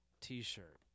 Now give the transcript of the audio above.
t-shirt